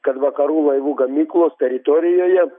kad vakarų laivų gamyklos teritorijoje